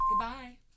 Goodbye